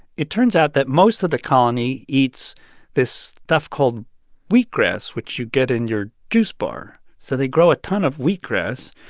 it turns out that most of the colony eats this stuff called wheat grass, which you get in your juice bar. so they grow a ton of wheat grass.